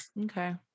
Okay